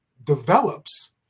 develops